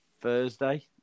Thursday